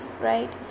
right